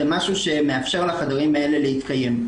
זה משהו שמאפשר לחדרים האלה להתקיים.